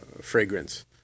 fragrance